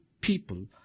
people